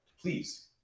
Please